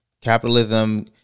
Capitalism